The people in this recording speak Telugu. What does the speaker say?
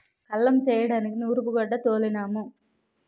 కల్లం చేయడానికి నూరూపుగొడ్డ తోలినాము